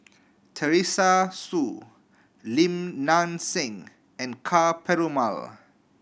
Teresa Hsu Lim Nang Seng and Ka Perumal